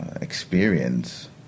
experience